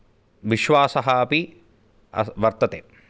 विश्वासः अपि वर्तते